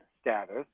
status